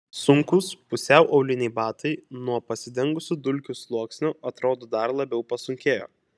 sunkūs pusiau auliniai batai nuo pasidengusio dulkių sluoksnio atrodo dar labiau pasunkėjo